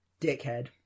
Dickhead